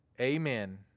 amen